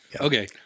Okay